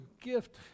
gift